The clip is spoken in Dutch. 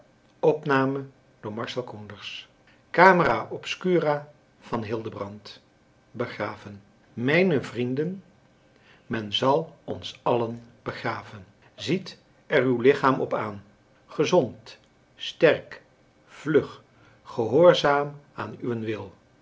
begraven mijne vrienden men zal ons allen begraven ziet er uw lichaam op aan gezond sterk vlug gehoorzaam aan uwen wil